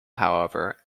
however